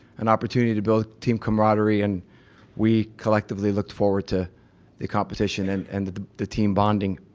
an opportunity to build team camaraderie and we collectively looked forward to the competition and and the the team bonding.